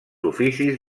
oficis